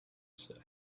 site